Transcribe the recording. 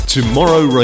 Tomorrow